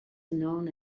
known